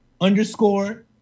underscore